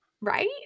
right